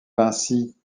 vinci